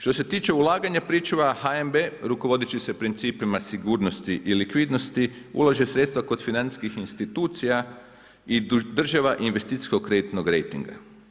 Što se tiče ulaganja pričuva, HNB rukovodeći se principima sigurnosti i likvidnosti, ulaže sredstva kod financijskih institucija i država investicijskog kreditnog rejtinga.